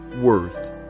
worth